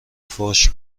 فحش